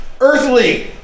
earthly